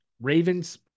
Ravens